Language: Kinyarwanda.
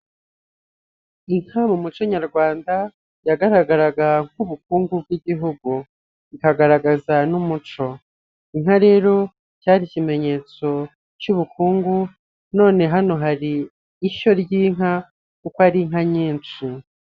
Inka mu muco nyarwanda yagaragaraga nk'ubukungu bw'igihugu, ikagaragaza n'umuco, inka rero cyari ikimenyetso cy'ubukungu none hano hari ishyo ry'inka kuko ari inka nyinshi.